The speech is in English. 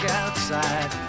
outside